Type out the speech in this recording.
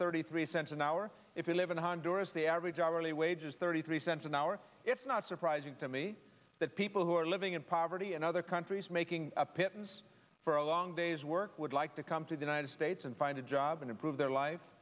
thirty three cents an hour if you live in honduras the average hourly wage is thirty three cents an hour it's not surprising to me that people who are living in poverty and other countries making a pittance for a long day's work would like to come to the united states and find a job and improve their li